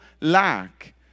lack